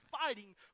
fighting